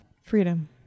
freedom